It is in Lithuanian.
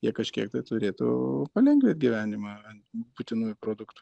jie kažkiek tai turėtų palengvint gyvenimą ant būtinųjų produktų